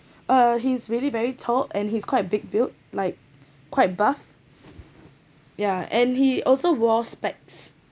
uh he's really very tall and he's quite a big built like quite a bulk yeah and he also wore specs